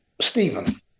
Stephen